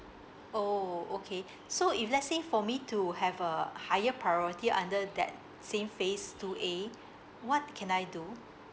oh okay so if let's say for me to have a higher priority under that same phase two A what can I do